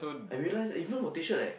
I realise that even for T shirt leh